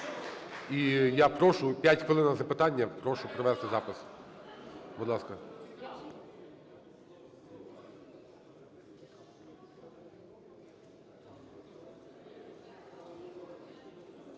І я прошу 5 хвилин на запитання. Прошу провести запис. Будь ласка.